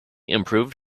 improved